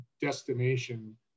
destination